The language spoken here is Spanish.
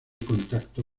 contacto